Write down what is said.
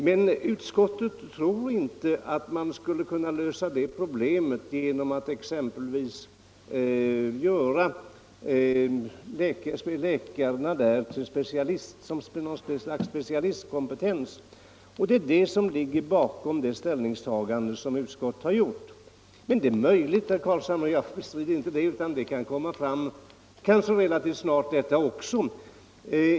Men utskottet tror inte att man skulle kunna lösa det problemet genom att exempelvis ge läkarna på området något slags specialistkompetens, och det är det som ligger bakom utskottets ställningstagande. Men det är möjligt — jag bestrider inte det, herr Carlshamre — att också det här området relativt snabbt blir erkänt som specialitet.